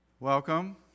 Welcome